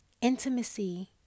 Intimacy